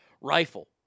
rifle